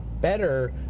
better